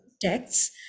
texts